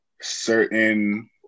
certain